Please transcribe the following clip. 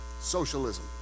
Socialism